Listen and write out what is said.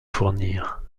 fournir